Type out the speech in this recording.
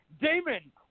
Damon